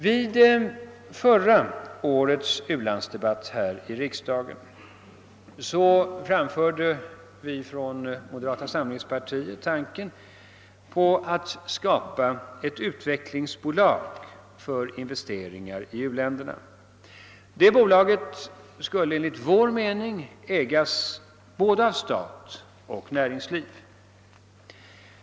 Vid förra årets u-landsdebatt här i riksdagen framförde vi från moderata samlingspartiet tanken på att skapa ett utvecklingsbolag för investeringar i uländerna. Det bolaget skulle enligt vår mening ägas av både stat och näringsliv.